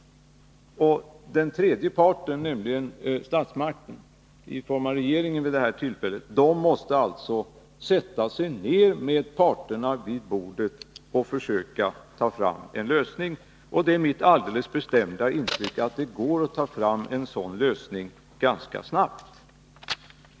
Den tredje parten, nämligen statsmakten — vid det här tillfället regeringen — måste sätta sig ner med parterna vid bordet och försöka att ta fram en lösning. Det är mitt alldeles bestämda intryck att det går att få fram en sådan lösning ganska snabbt.